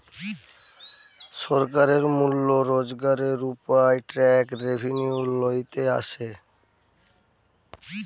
সরকারের মূল রোজগারের উপায় ট্যাক্স রেভেন্যু লইতে আসে